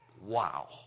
Wow